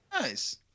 Nice